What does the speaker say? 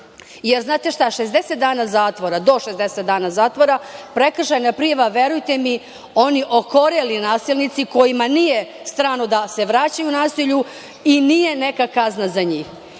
znate šta, 60 dana zatvora, do 60 dana zatvora, prekršajna prijava, verujte mi, oni okoreli nasilnici kojima nije strano da se vraćaju nasilju, i nije neka kazna za njih. Na